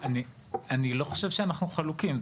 אני לא חושב שאנחנו חלוקים.